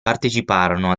parteciparono